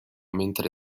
mentre